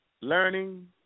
Learning